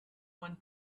one